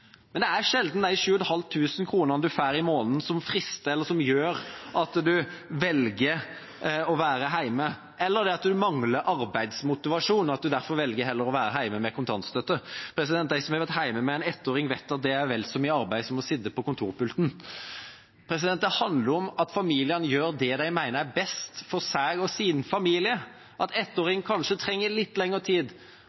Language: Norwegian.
men det er sjelden det er de 7 500 kronene en får i måneden, som frister eller gjør at en velger å være hjemme, eller det at en mangler arbeidsmotivasjon og derfor velger å være hjemme med kontantstøtte. De som har vært hjemme med en ettåring, vet at det er vel så mye arbeid som å sitte ved kontorpulten. Det handler om at familiene gjør det de mener er best for seg og sin familie, at